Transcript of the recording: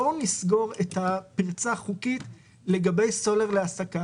בואו נסגור את הפרצה החוקית לגבי סולר להסקה.